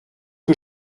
que